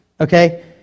Okay